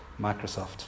Microsoft